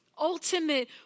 Ultimate